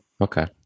okay